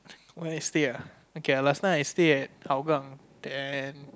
where I stay ah okay last time I stay at Hougang then